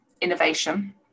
innovation